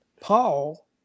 Paul